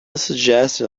suggestion